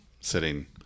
sitting